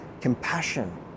compassion